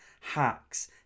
hacks